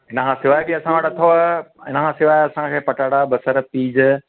इनखां सवाइ बि असां वटि अथव इनखां सवाइ असांखे पटाटा बसर